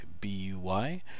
B-U-Y